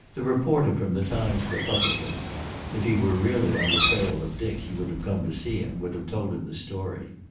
the reporter from the times-republican if he were really on the trail of dick he would have come to see him, would have told him the story.